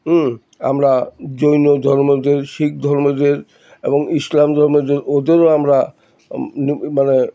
আমরা জৈন ধর্মদের শিখ ধর্মদের এবং ইসলাম ধর্মদের ওদেরও আমরা মানে